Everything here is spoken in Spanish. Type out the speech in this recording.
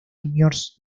juniors